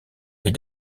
est